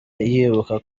yibuka